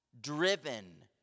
driven